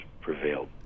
prevailed